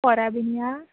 परां बी या